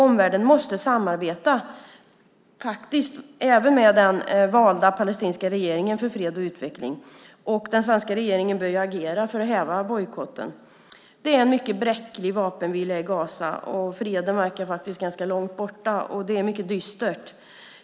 Omvärlden måste faktiskt samarbeta för fred och utveckling även med den valda palestinska regeringen, och den svenska regeringen bör agera för att häva bojkotten. Det är en mycket bräcklig vapenvila i Gaza. Freden verkar ganska långt borta. Det är mycket dystert.